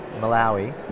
Malawi